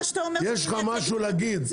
אם יש לך משהו להגיד -- זה לא הוגן